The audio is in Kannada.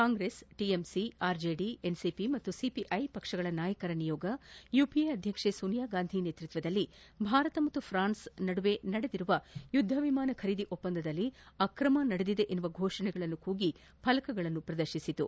ಕಾಂಗ್ರೆಸ್ ಟಿಎಂಸಿ ಆರ್ಜೆಡಿ ಎನ್ಸಿಪಿ ಮತ್ತು ಸಿಪಿಐ ಪಕ್ಷಗಳ ನಾಯಕರ ನಿಯೋಗ ಯುಪಿಎ ಅಧ್ಯಕ್ಷೆ ಸೋನಿಯಾ ಗಾಂಧಿ ನೇತೃತ್ವದಲ್ಲಿ ಭಾರತ ಮತ್ತು ಫ್ರಾನ್ಸ್ ನಡುವೆ ನಡೆದಿರುವ ಯುದ್ದ ವಿಮಾನ ಖರೀದಿ ಒಪ್ಪಂದದಲ್ಲಿ ಅಕ್ರಮ ನಡೆದಿದೆ ಎನ್ನುವ ಘೋಷಣೆಗಳನ್ನು ಕೂಗಿ ಫಲಕಗಳನ್ನು ಪ್ರದರ್ಶಿಸಿತು